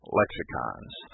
lexicons